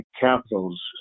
capitals